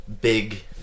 big